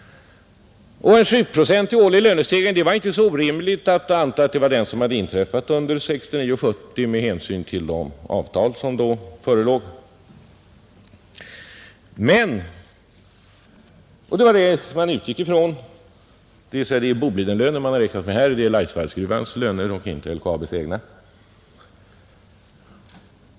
Det var inte så orimligt att anta att en sådan lönestegring hade inträffat under 1969 och 1970 med hänsyn till de avtal som då förelåg. Det är Bolidens och Laisvallsgruvans löner man har räknat med och inte LKAB:s egna.